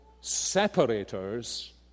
separators